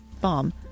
bomb